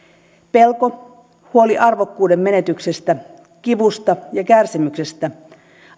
pelko huoli arvokkuuden menetyksestä kivusta ja kärsimyksestä